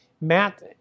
Matt